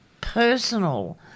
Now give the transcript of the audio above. personal